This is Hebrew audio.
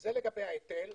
זה לגבי ההיטל.